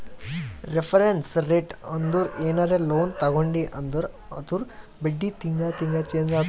reference rate ಅಂದುರ್ ಏನರೇ loan ತಗೊಂಡಿ ಅಂದುರ್ ಅದೂರ್ ಬಡ್ಡಿ ತಿಂಗಳಾ ತಿಂಗಳಾ ಚೆಂಜ್ ಆತ್ತುದ